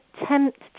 attempt